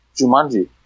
Jumanji